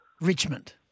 Richmond